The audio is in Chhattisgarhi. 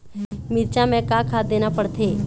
मिरचा मे का खाद देना पड़थे?